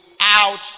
out